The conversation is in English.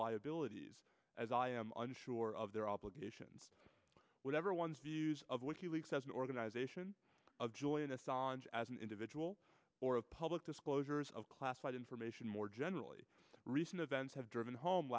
liabilities as i am unsure of their obligations whatever one's views of wiki leaks as an organization of joy in a staunch as an individual or a public disclosures of classified information more generally recent events have driven home